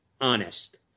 honest